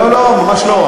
לא, לא, ממש לא.